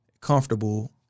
comfortable